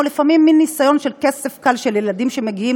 או לפעמים מין ניסיון של כסף קל של ילדים שמגיעים